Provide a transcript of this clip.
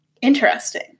Interesting